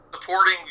Supporting